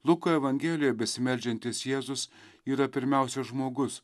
luko evangelijoje besimeldžiantis jėzus yra pirmiausia žmogus